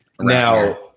Now